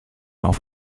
auf